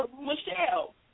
Michelle